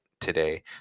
today